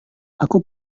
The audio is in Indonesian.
aku